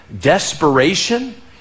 desperation